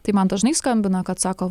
tai man dažnai skambina kad sako